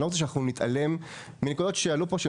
אני לא רוצה שאנחנו נתעלם מנקודות אמיתיות שעלו פה.